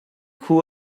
who